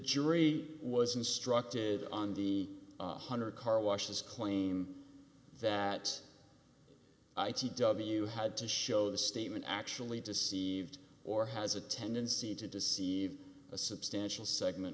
jury was instructed on the one hundred carwashes claim that i t w had to show the statement actually deceived or has a tendency to deceive a substantial segment